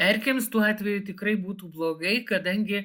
erkėms tuo atveju tikrai būtų blogai kadangi